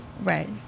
right